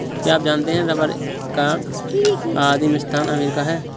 क्या आप जानते है रबर का आदिमस्थान अमरीका है?